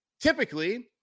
typically